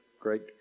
great